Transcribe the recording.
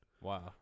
Wow